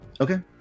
okay